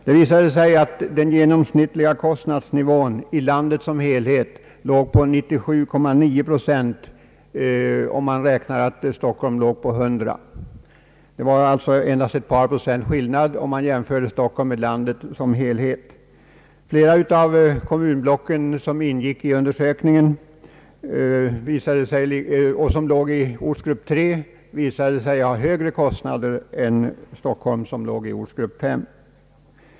Det befanns att den genomsnittliga kostnadsnivån i landet som helhet låg på 97,9 procent av Stockholms, alltså högsta dyrorten, kostnadsläge. Det var en skillnad på endast ett par procent, om man jämförde Stockholm med landet som helhet. Flera av de kommunblock som ingick i undersökningen och som tillhörde ortsgrupp 3 hade högre levnadskostnader än Stockholm som låg i ortsgrupp 5.